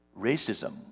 racism